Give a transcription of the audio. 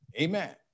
Amen